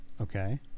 Okay